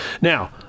Now